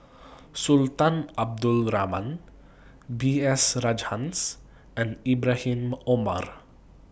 Sultan Abdul Rahman B S Rajhans and Ibrahim Omar